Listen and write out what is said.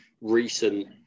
recent